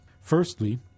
Firstly